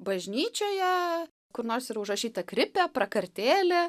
bažnyčioje kur nors yra užrašyta kripe prakartėlė